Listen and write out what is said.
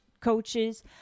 coaches